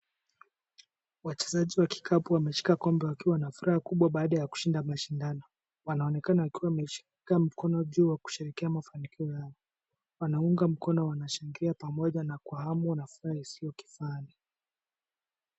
Wachezaji wa kikapu wameshika kombe wakiwa na furaha kubwa kwa kushinda mashindano. Wanaonekana wakiwa wakishika mkono juu kwa kusherehekea mafanikio yao. Wanaungwa mkono pamoja na kubanwa na furaha isiyo kifani